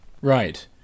Right